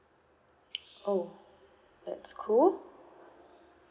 oh that's cool